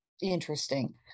interesting